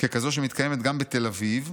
ככזו שמתקיימת גם בתל אביב,